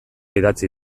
idatzi